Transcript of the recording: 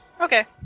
Okay